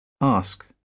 ask